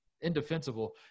indefensible